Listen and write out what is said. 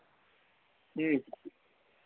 जी